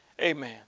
Amen